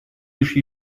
лишь